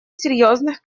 серьезных